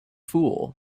fool